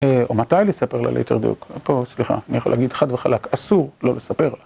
או מתי לספר לה ליתר דיוק, פה סליחה, אני יכול להגיד חד וחלק, אסור! לא לספר לה